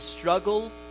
struggle